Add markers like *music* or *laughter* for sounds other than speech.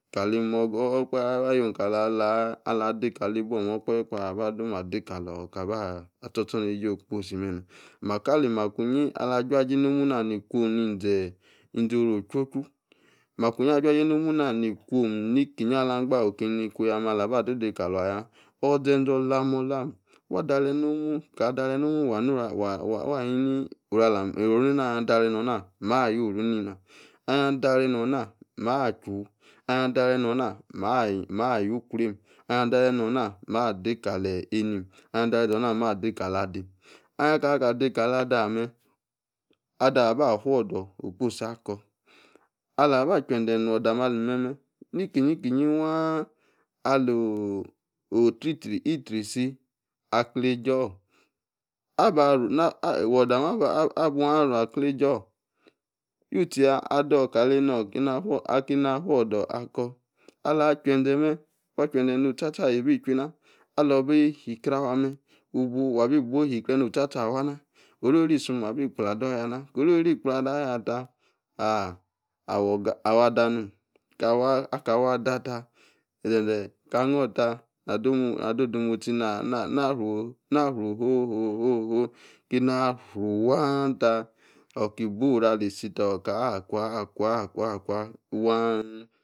cali morga orr, okpehe ayim kalor kala, ala, ade kali nuo mem okpahe kpa aba, domima, adekalor okaba, alor, ostornejie okposi meme kali makayi ala, juaojie momu, na ni kwom nsi oru, ocha-chu, makuyi ajua, ejie nomu na ni kwom nikeyi ala gba niko, okeyi kwoya ala ba dedekalaya mem oze-ze olam-ame wa daret nomu, kar, daret nomunu, wa nonoru *unintelligible* mba, yoru nena ah daret nana maa, chuiwu, ah daret nona wa ayie, okrum ahim adaret nona, ma dekali enem, alim adaret, nona ma, dekala, adim, aka, ka dakala, ador, ame, ador, aba fudor akposi akor ala, aba, che-ze, odor, amem ali mem, nikiyi-keyi waa, alo-oti-tri, ori, isi acle-ejie or, aba ya wudor amem, abu, aba ya acle-ejie-or yui-tieya, ador kemi enor, akeni, afudor akor, ala, che-ze, mem, wa che-ze no-osta-sta ayi-ibi, ichui ana, alor-bi shu-kre awa mem obuo wa bi buoh ishi-kre, no-osta-sta awa na orori-isom abi kpladoyai na, orori kplador ayata, aleh, awor, ada nome, aka, awor adata ze-ze ka-nor taa-na, demostie, na-fruu ho-ho, kema, afru-wara ta, oki buo ora, ali-isi ta oka, kwa-kwa, kwa waan.